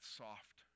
soft